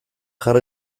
jar